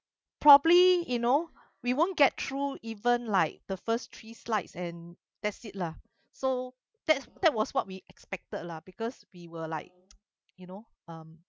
probably you know we won't get through even like the first three slides and that's it lah so that that was what we expected lah because we were like you know um